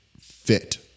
fit